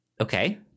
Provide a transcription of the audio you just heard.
Okay